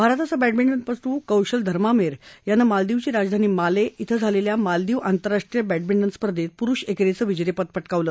भारताचा बॅडमिंटनपटू कौशल धर्मामेर यानं मालदिवची राजधानी माले इथं झालेल्या मालदिव आंतरराष्ट्रीय बॅडमिन स्पर्धेत पुरुष एकेरीचं विजेतेपद पटकावलं